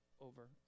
over